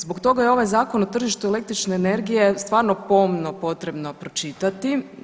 Zbog toga je ovaj Zakon o tržištu električne energije stvarno pomno potrebno pročitati.